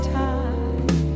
time